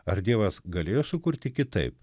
ar dievas galėjo sukurti kitaip